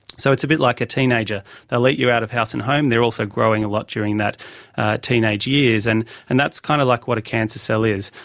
so it's a bit like a teenager they'll eat you out of house and home, they are also growing a lot during those teenage years, and and that's kind of like what a cancer cell is.